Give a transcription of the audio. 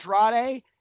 Andrade